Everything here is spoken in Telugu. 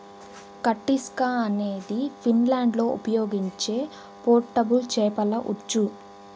కటిస్కా అనేది ఫిన్లాండ్లో ఉపయోగించే పోర్టబుల్ చేపల ఉచ్చు